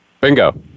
Bingo